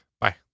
Bye